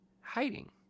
hiding